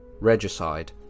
Regicide